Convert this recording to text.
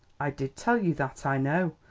i did tell you that, i know.